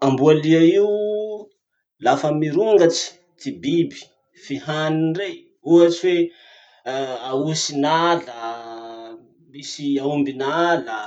Amboalia io lafa mirongatsy ty biby fihaniny rey, ohatsy hoe aosin'ala, misy aombin'ala;